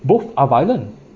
both are violent